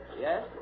Yes